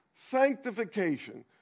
sanctification